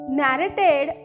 narrated